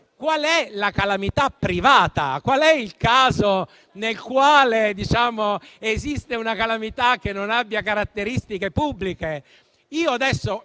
qual è la calamità privata? Qual è il caso nel quale esiste una calamità che non abbia caratteristiche pubbliche?